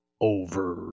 over